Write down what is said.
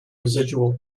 residual